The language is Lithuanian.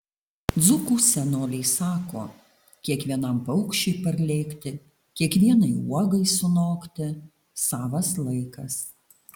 dzūkų senoliai sako kiekvienam paukščiui parlėkti kiekvienai uogai sunokti savas laikas